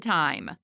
time